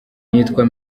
nitwa